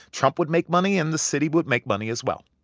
trump would make money, and the city would make money as well